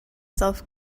self